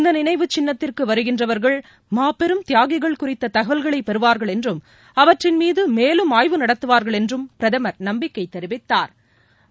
இந்த நினைவு சின்னத்திற்கு வருகின்றவர்கள் மாபெரும் தியாகிகள் சுறித்த தகவல்களை பெறுவார்கள் என்றும் அவற்றின் மீது மேலும் ஆய்வு நடத்துவார்கள் என்றும் பிரதமர் நம்பிக்கை தெரிவித்தாா்